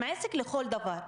הם עסק לכל דבר.